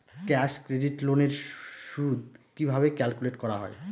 Cash credit loan এর সুদ কিভাবে ক্যালকুলেট করা হয়?